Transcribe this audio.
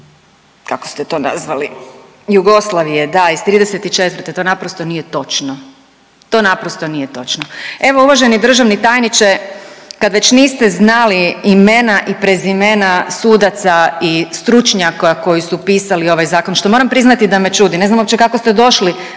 Jugoslavije/… Jugoslavije, da iz '34., to naprosto nije točno, to naprosto nije točno. Evo uvaženi državni tajniče kad već niste znali imena i prezimena sudaca i stručnjaka koji su pisali ovaj zakon, što moram priznati da me čudi, ne znam uopće kako ste došli